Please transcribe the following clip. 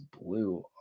blue